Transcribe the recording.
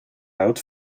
out